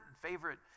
favorite